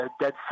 dead